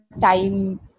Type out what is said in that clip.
time